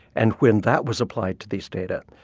and when that was applied to these data,